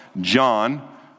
John